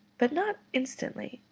but not instantly.